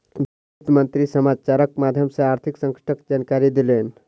वित्त मंत्री समाचारक माध्यम सॅ आर्थिक संकटक जानकारी देलैन